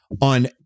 on